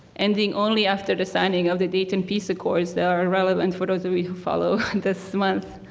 ending only after the signing of the dayton peace accords that are relevant for those of you who follow this month.